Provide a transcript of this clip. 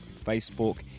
Facebook